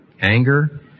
anger